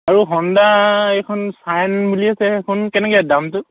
আৰু Honda Shine চাইন বুলি আছে সেইখন কেনেকৈ দামটো